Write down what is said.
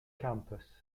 campus